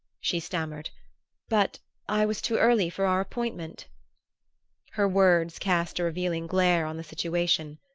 she stammered but i was too early for our appointment her word's cast a revealing glare on the situation.